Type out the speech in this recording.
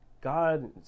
God